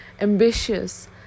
ambitious